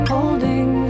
Holding